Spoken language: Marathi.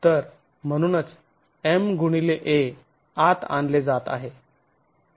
तर म्हणूनच M x a वस्तुमान गुणिले प्रवेग आत आणले जात आहे